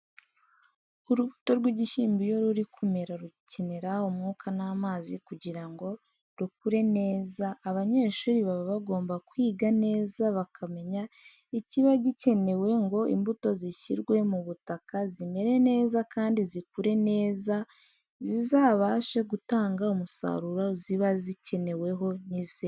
Urubuto rw'igishyimbo iyo ruri kumera rukenera umwuka n'amazi kugira ngo rukure neza, abanyeshuri baba bagomba kwiga neza bakamenya ikiba gikenewe ngo imbuto zishyirwe mu butaka zimere neza kandi zikure neza, zizabashe gutanga umusaruro ziba zikeneweho nizera.